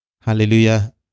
Hallelujah